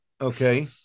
okay